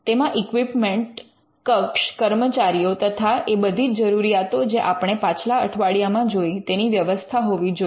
તેમાં ઇક્વિપમેન્ટ કક્ષ કર્મચારીઓ તથા એ બધી જ જરૂરિયાતો જે આપણે પાછલા અઠવાડિયામાં જોઈ તેની વ્યવસ્થા હોવી જોઈએ